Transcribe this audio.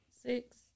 Six